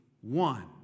one